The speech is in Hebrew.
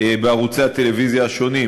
בערוצי הטלוויזיה השונים.